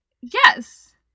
Yes